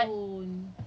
no kalau kalau